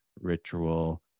ritual